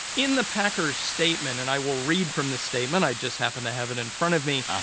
in the packers' statement and i will read from the statement. i just happen to have it in front of me.